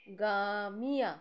গামিয়া